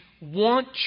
want